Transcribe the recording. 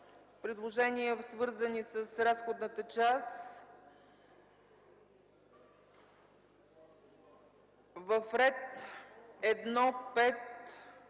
предложения, свързани с разходната част. В ред 1.5.6.1.